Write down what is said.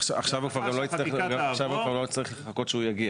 עכשיו הוא כבר לא יצטרך לחכות שהוא יגיע